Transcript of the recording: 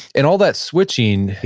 and all that switching,